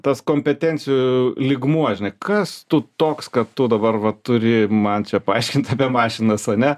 tas kompetencijų lygmuo žinai kas tu toks kad tu dabar va turi man čia paaiškinti apie mašinas ane